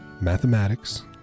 Mathematics